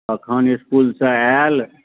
कखन इसकुलसँ आएल